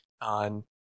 on